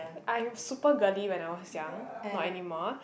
I'm super girly when I was young not aymore